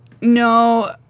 No